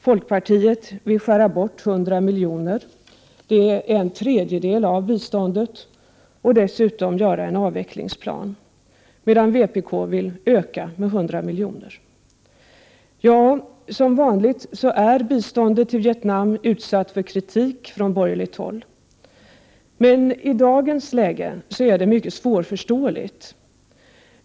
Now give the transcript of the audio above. Folkpartiet vill skära bort 100 miljoner, dvs. en tredjedel av biståndet, och dessutom göra en avvecklingsplan. Vpk vill däremot öka biståndet med 100 miljoner. Ja, som vanligt är biståndet till Vietnam utsatt för kritik från borgerligt håll. I dagens läge är det mycket svårförståeligt.